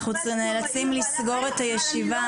אנחנו נאלצים לסגור את הישיבה